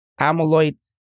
amyloid